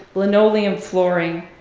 linoleum flooring,